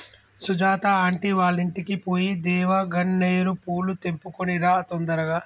Sujatha aunty వాళ్ళింటికి పోయి దేవగన్నేరు పూలు తెంపుకొని రా తొందరగా